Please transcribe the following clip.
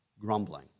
Grumbling